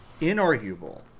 inarguable